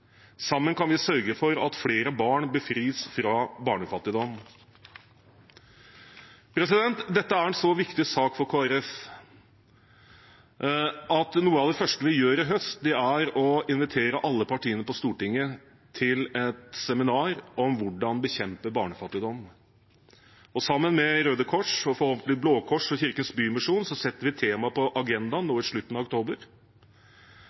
Sammen kan vi sørge for at flere barn befris fra barnefattigdom. Dette er en så viktig sak for Kristelig Folkeparti at noe av det første vi gjør i høst, er å invitere alle partiene på Stortinget til et seminar om hvordan bekjempe barnefattigdom. Sammen med Røde Kors, og forhåpentligvis Blå Kors og Kirkens Bymisjon, setter vi temaet på agendaen nå i slutten av oktober